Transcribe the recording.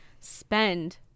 spend